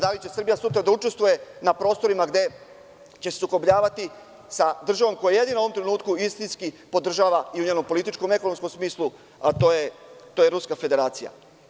Da li će Srbija sutra da učestvuje na prostorima gde će se sukobljavati sa državom koja jedina u ovom trenutku istinski podržava i u njenom političkom i ekonomskom smislu, a to je Ruska Federacija?